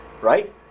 right